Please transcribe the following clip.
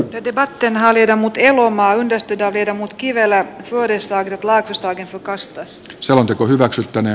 bredebatten haljeta mut elomaa kesti ja viedä mut kivelä vuodesta ainutlaatuista ja sukasta selonteko hylätään